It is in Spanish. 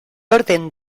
orden